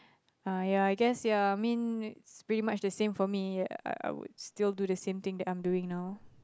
uh ya I guess ya I mean it's pretty much the same for me I would still do the same things I'm doing now